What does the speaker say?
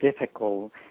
difficult